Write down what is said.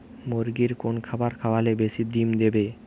মুরগির কোন খাবার খাওয়ালে বেশি ডিম দেবে?